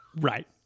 Right